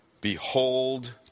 behold